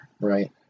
right